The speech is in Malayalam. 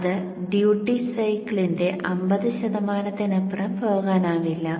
അത് ഡ്യൂട്ടി സൈക്കിളിന്റെ 50 ശതമാനത്തിനപ്പുറം പോകാനാവില്ല